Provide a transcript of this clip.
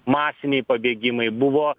masiniai pabėgimai buvo